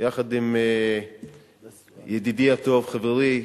יחד עם ידידי הטוב, חברי,